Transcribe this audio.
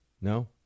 No